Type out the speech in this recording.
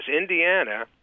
Indiana